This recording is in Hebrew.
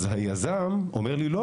אז היזם אומר לי: ״לא,